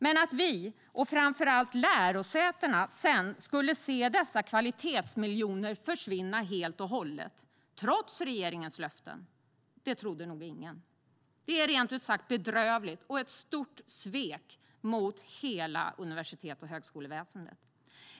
Men att vi och framför allt lärosätena skulle se dessa kvalitetsmiljoner försvinna helt och hållet trots regeringens löften trodde nog ingen. Det är rent ut sagt bedrövligt och ett stort svek mot hela universitets och högskoleväsendet.